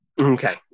Okay